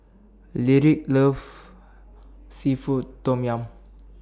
Lyric loves Seafood Tom Yum